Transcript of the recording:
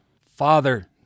Father